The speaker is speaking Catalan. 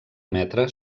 emetre